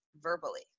verbally